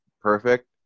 Perfect